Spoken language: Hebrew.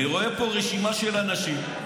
אני רואה פה רשימה של אנשים,